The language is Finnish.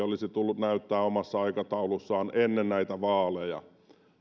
olisi tullut näyttää omassa aikataulussaan ennen näitä vaaleja